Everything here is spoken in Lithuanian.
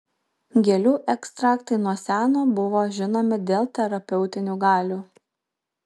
gėlių ekstraktai nuo seno buvo žinomi dėl terapeutinių galių